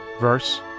verse